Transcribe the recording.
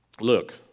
look